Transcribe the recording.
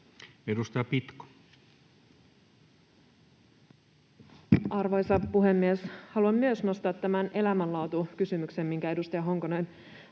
Content: Arvoisa puhemies! Haluan myös nostaa tämän elämänlaatukysymyksen, minkä edustaja Honkonen